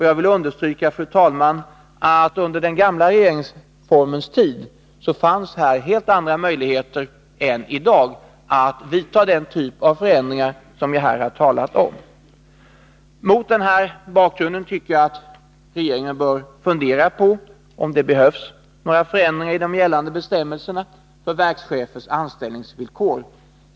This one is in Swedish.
Jag vill understryka, fru talman, att under den gamla regeringsformens tid fanns här alla andra möjligheter än i dag att vidta den typ av förändringar som jag har talat om. Mot denna bakgrund tycker jag att regeringen bör fundera på om det behövs några förändringar i de gällande bestämmelserna för verkschefers anställningsvillkor.